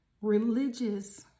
religious